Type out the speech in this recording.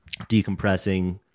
decompressing